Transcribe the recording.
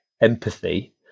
empathy